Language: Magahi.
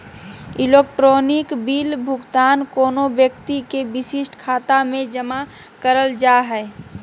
इलेक्ट्रॉनिक बिल भुगतान कोनो व्यक्ति के विशिष्ट खाता में जमा करल जा हइ